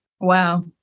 Wow